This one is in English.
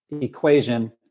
equation